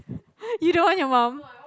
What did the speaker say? you don't want your mum